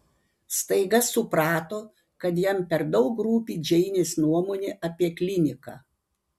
staiga suprato kad jam per daug rūpi džeinės nuomonė apie kliniką